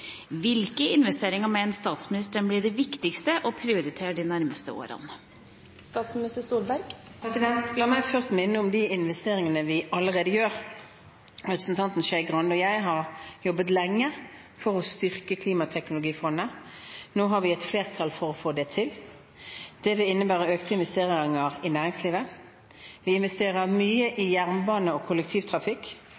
Hvilke investeringer mener statsministeren blir de viktigste å prioritere de nærmeste årene?» La meg først minne om de investeringene vi allerede gjør. Representanten Skei Grande og jeg har jobbet lenge for å styrke klimateknologifondet. Nå har vi et flertall for å få det til. Det vil innebære økte investeringer i næringslivet. Vi investerer mye i jernbane og kollektivtrafikk.